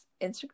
instagram